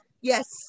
Yes